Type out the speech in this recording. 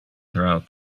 throughout